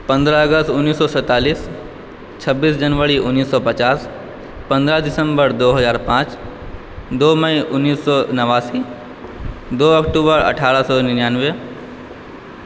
पन्द्रह अगस्त उन्नीस सए सैंतालीस छब्बीस जनवरी उन्नीस सए पचास पन्द्रह दिसम्बर दू हजार पाॅंच दू मई उन्नीस सए नवासी दू अक्टूबर अठारह सए निनानबे